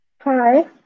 Hi